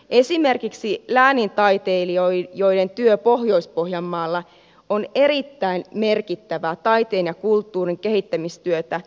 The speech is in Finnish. esimerkiksi läänintaiteilijoiden työ pohjois pohjanmaalla on erittäin merkittävää taiteen ja kulttuurin kehittämistyötä